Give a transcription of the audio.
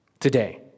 Today